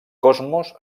cosmos